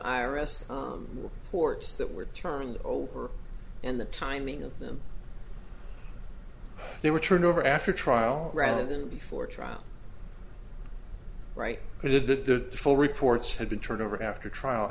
reports that were turned over and the timing of them they were turned over after trial rather than before trial right i did the full reports had been turned over after trial